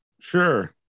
sure